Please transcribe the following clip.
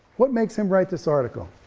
what makes him write this article?